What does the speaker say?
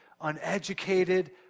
uneducated